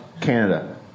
Canada